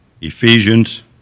Ephesians